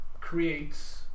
creates